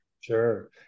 Sure